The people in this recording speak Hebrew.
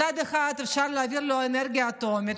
מצד אחד אפשר להעביר לו אנרגיה אטומית,